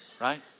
right